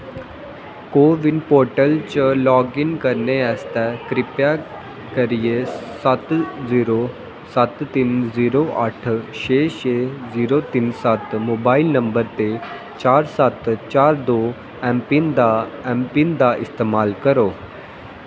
को win portal च log in करने आस्तै कृपा करियै सत्त जीरो सत्त तिन्न जीरो अट्ठ छे छे जीरो तिन्न सत्त मोबाइल नंबर ते चार सत्त चार दो ऐम्म पिन दा ऐम्म पिन दा इस्तेमाल करो